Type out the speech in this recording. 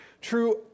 true